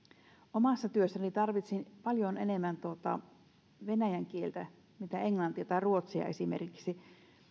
omassa työssäni tarvitsin paljon enemmän venäjän kieltä kuin englantia tai ruotsia esimerkiksi